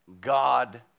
God